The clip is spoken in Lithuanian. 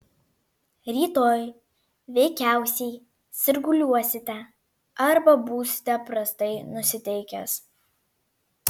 rytoj veikiausiai sirguliuosite arba būsite prastai nusiteikęs